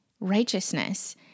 righteousness